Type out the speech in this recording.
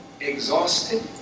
exhausted